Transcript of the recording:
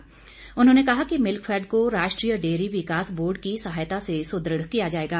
वीरेंद्र कंवर ने कहा कि मिल्कफैड को राष्ट्रीय डेयरी विकास बोर्ड की सहायता से सुदद किया जाएगा